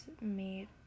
made